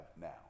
now